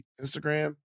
Instagram